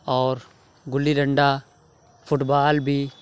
اور gilli danda football بھی